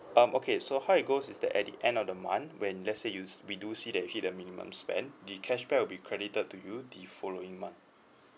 um okay so how it goes is that at the end of the month when let's say you we do see that you hit the minimum spend the cashback will be credited to you the following month